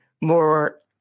more